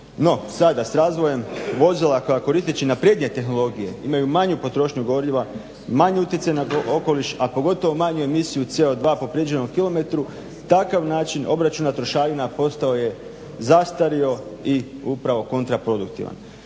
sada s razvojem vozila koja koristeći naprednije tehnologije imaju manju potrošnju goriva, manji utjecaj na okoliš, a pogotovo manju emisiju CO2 po pređenom km, takav način obračuna trošarina postao je zastario i upravo kontraproduktivan.